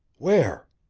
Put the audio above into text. where?